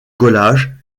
collage